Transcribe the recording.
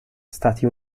stati